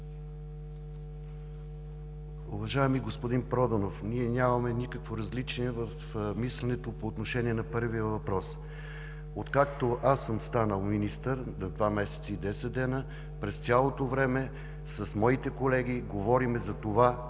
Уважаеми господин Проданов, ние нямаме никакво различие в мисленето по отношение на първия въпрос. Откакто аз съм станал министър – два месеца и 10 дни, през цялото време с моите колеги говорим за това,